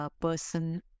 person